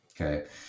Okay